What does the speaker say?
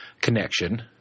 connection